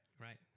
right